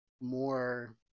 more